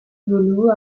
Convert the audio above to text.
бөлүгү